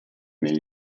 negli